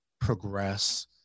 progress